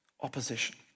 opposition